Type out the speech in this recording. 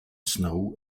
snow